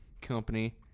company